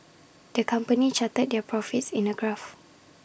the company charted their profits in A graph